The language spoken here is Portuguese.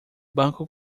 banco